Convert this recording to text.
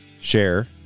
share